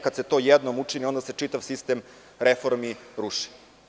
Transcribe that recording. Kada se to jednom učini, onda se čitav sistem reformi ruši.